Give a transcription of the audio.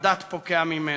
והמנדט פוקע ממנה.